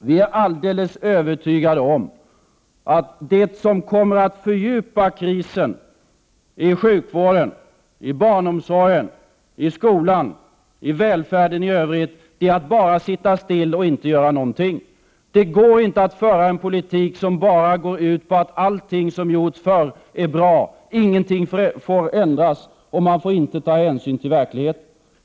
Vi är alldeles övertygade om att det som kommer att fördjupa krisen i sjukvården, barnomsorgen, skolan och välfärden i övrigt är att bara sitta still och inte göra något. Det går inte att föra en politik som bara går ut på att allt som gjorts förr är bra, att ingenting får ändras och att man inte får ta hänsyn till verkligheten.